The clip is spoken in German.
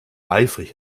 eifrig